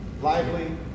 Lively